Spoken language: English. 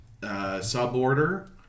suborder